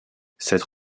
cette